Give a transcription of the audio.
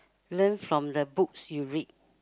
learn from the books you read